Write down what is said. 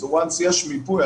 וואנס, יש מיפוי.